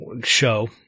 show